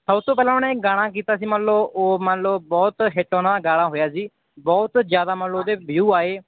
ਸਭ ਤੋਂ ਪਹਿਲਾਂ ਉਹਨੇ ਇੱਕ ਗਾਣਾ ਕੀਤਾ ਸੀ ਮੰਨ ਲਓ ਉਹ ਮੰਨ ਲਓ ਬਹੁਤ ਹਿਟ ਉਹਨਾਂ ਦਾ ਗਾਣਾ ਹੋਇਆ ਜੀ ਬਹੁਤ ਜ਼ਿਆਦਾ ਮੰਨ ਲਓ ਉਹਦੇ ਵਿਊ ਆਏ